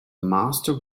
master